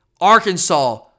Arkansas